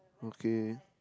okay